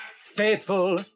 faithful